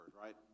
right